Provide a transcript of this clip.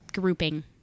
grouping